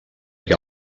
què